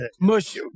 Mush